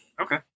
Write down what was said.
Okay